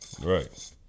Right